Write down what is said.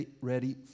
ready